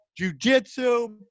jujitsu